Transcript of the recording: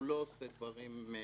הוא לא עושה דברים חד-צדדיים.